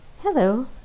Hello